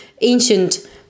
Ancient